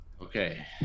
Okay